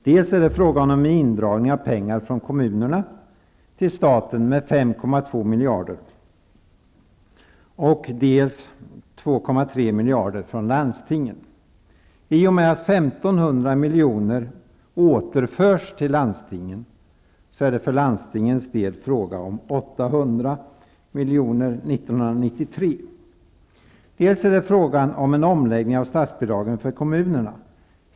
Det är fråga om en indragning av pengar från kommunerna till staten med 5,2 miljarder och 2,3 miljoner återförs till landstingen är det för landstingens del fråga om 800 miljoner för 1993. Det är också fråga om en omläggning av statsbidragen till kommunerna.